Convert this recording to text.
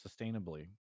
sustainably